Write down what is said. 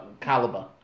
caliber